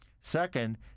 Second